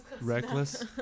Reckless